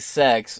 sex